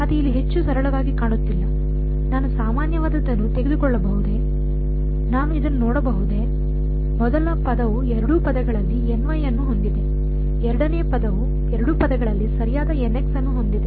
ಮತ್ತೆ ಇಲ್ಲಿ ಹೆಚ್ಚು ಸರಳವಾಗಿ ಕಾಣುತ್ತಿಲ್ಲ ನಾನು ಸಾಮಾನ್ಯವಾದದ್ದನ್ನು ತೆಗೆದುಕೊಳ್ಳಬಹುದೇ ನಾನು ಇದನ್ನು ನೋಡಬಹುದೇ ಮೊದಲ ಪದವು ಎರಡೂ ಪದಗಳಲ್ಲಿ ಅನ್ನು ಹೊಂದಿದೆ ಎರಡನೆಯ ಪದವು ಎರಡೂ ಪದಗಳಲ್ಲಿ ಸರಿಯಾದ ಅನ್ನು ಹೊಂದಿದೆ